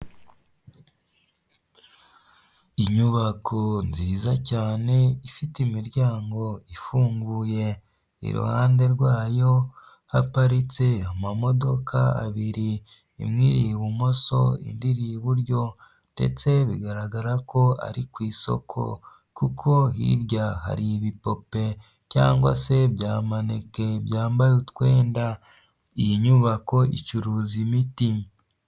Inyubako nziza cyane ifite imiryango ifunguye, iruhande rwayo haparitse amamodoka abiri imwe iri ibumoso indi iri iburyo ndetse bigaragara ko ari ku isoko kuko hirya hari ibipupe cyangwa se bya maneke byambaye utwenda, iyi nyubako icuruza imiti.